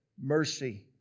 mercy